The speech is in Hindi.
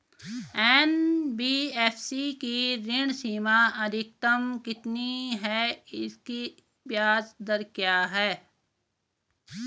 एन.बी.एफ.सी की ऋण सीमा अधिकतम कितनी है इसकी ब्याज दर क्या है?